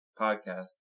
podcast